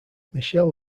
michel